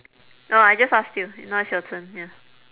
oh I just asked you now it's your turn ya